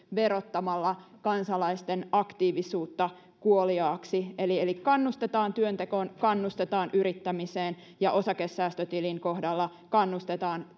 verottamalla kansalaisten aktiivisuutta kuoliaaksi eli eli kannustetaan työntekoon kannustetaan yrittämiseen ja osakesäästötilin kohdalla kannustetaan